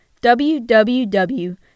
WWW